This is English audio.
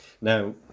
now